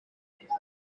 neza